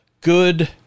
Good